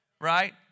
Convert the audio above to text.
right